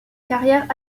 carrière